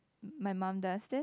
my mom does then